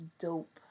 dope